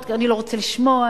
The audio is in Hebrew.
אני לא רוצה לשמוע,